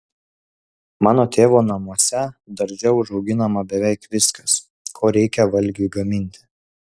mano tėvo namuose darže užauginama beveik viskas ko reikia valgiui gaminti